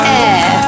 air